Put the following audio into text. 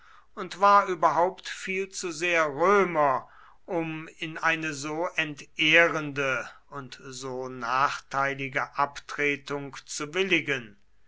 und war überhaupt viel zu sehr römer um in eine so entehrende und so nachteilige abtretung zu willigen